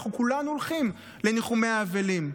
אנחנו כולנו הולכים לניחומי האבלים,